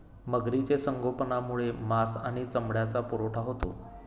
मगरीचे संगोपनामुळे मांस आणि चामड्याचा पुरवठा होतो